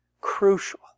crucial